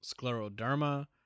scleroderma